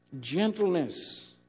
Gentleness